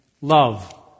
Love